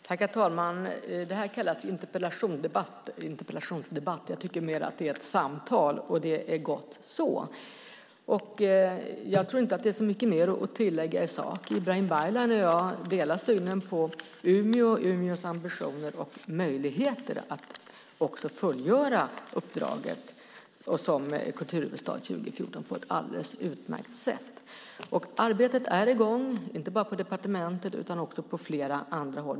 Herr talman! Det här kallas interpellationsdebatt. Jag tycker mer att det är ett samtal, och det är gott så. Jag tror inte att det är så mycket mer att tillägga i sak. Ibrahim Baylan och jag delar synen på Umeå, Umeås möjligheter och ambitioner att fullgöra uppdraget som kulturhuvudstad 2014 på ett alldeles utmärkt sätt. Arbetet är i gång, inte bara på departementet utan också på flera andra håll.